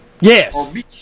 Yes